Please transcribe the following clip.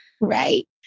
Right